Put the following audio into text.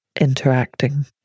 interacting